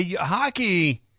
hockey